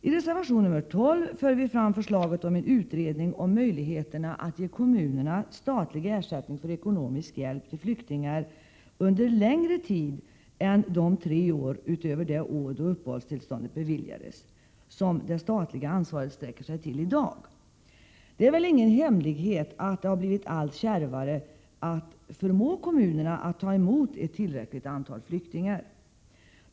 I reservation 12 för vi fram förslaget om en utredning om möjligheterna att ge kommunerna statlig ersättning för ekonomisk hjälp till flyktingar under längre tid än tre år, utöver det år då uppehållstillståndet beviljades, som det statliga ansvaret sträcker sig till i dag. Det är väl ingen hemlighet att det har blivit allt kärvare att förmå kommunerna att ta emot ett tillräckligt antal Prot. 1987/88:115 flyktingar.